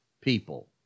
people